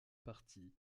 parties